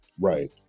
Right